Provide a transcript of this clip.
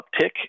uptick